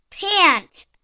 pants